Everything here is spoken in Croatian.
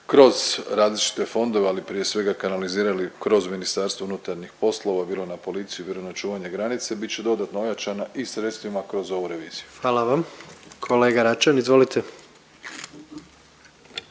kroz različite fondove, ali prije svega kanalizirali kroz Ministarstvo unutarnjih poslova bilo na policiju, bilo na čuvanje granice bit će dodatno ojačana i sredstvima kroz ovu reviziju. **Jandroković, Gordan